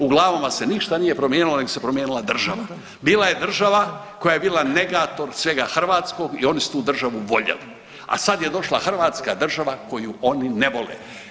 U glavama se ništa nije promijenilo nego se promijenila država, bila je država koja je bila negator svega hrvatskog i oni su tu državu voljeli, a sad je došla hrvatska država koju oni ne vole.